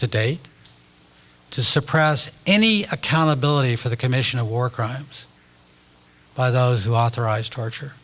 today to suppress any accountability for the commission of war crimes by those who authorized torture